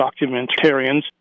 documentarians